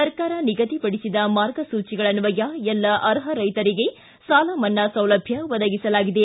ಸರ್ಕಾರ ನಿಗದಿಪಡಿಸಿದ ಮಾರ್ಗಸೂಚಿಗಳನ್ವಯ ಎಲ್ಲ ಅರ್ಹ ರೈತರಿಗೆ ಸಾಲ ಮನ್ನಾ ಸೌಲಭ್ಯ ಒದಗಿಸಲಾಗಿದೆ